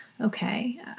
okay